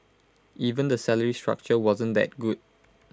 even the salary structure wasn't that good